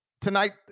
Tonight